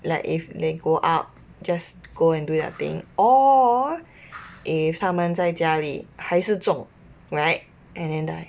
like if they go out just go and do their thing or if 他们在家里还是中 right and and I